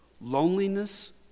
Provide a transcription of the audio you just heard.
loneliness